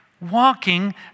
walking